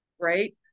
Right